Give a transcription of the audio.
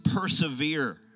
persevere